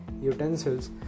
utensils